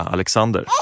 Alexander